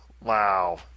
Wow